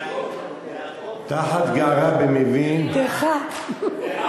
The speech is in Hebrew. מהכות, "תַחת גערה במבין, תֵחת.